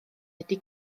ydi